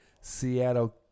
Seattle